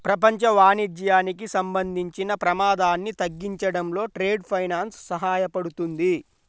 ప్రపంచ వాణిజ్యానికి సంబంధించిన ప్రమాదాన్ని తగ్గించడంలో ట్రేడ్ ఫైనాన్స్ సహాయపడుతుంది